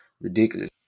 ridiculous